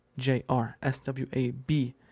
JRSWAB